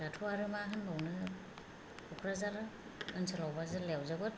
दाथ' आरो मा होनबावनो क'कराझार ओनसोलाव बा जिल्लायाव जोबोद